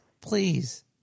please